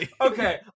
Okay